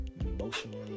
emotionally